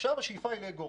השאיפה היא גם לאגור.